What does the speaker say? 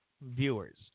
viewers